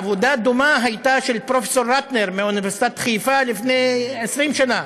עבודה דומה הייתה של פרופסור רטנר מאוניברסיטת חיפה לפני 20 שנה,